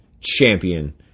champion